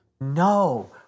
No